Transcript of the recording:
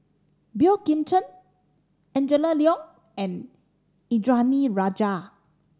Boey Kim Cheng Angela Liong and Indranee Rajah